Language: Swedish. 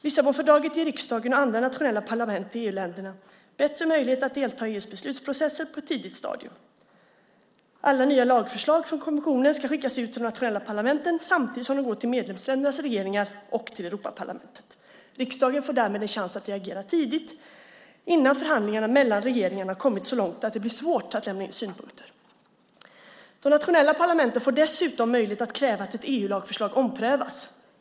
Lissabonfördraget ger riksdagen och andra nationella parlament i EU-länderna bättre möjligheter att delta i EU:s beslutsprocesser på ett tidigt stadium. Alla nya lagförslag från kommissionen ska skickas ut till de nationella parlamenten samtidigt som de går till medlemsländernas regeringar och till Europaparlamentet. Riksdagen får därmed en chans att reagera tidigt, innan förhandlingarna mellan regeringarna har kommit så långt att det blir svårt att lämna in synpunkter. De nationella parlamenten får dessutom möjlighet att kräva att ett EU-lagförslag omprövas.